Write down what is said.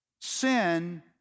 Sin